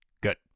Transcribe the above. Good